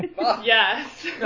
yes